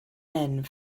end